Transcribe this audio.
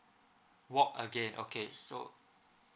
walk again okay so